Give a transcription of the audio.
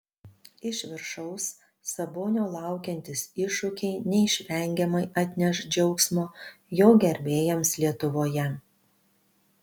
iš viršaus sabonio laukiantys iššūkiai neišvengiamai atneš džiaugsmo jo gerbėjams lietuvoje